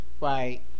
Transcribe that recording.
Right